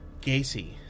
Gacy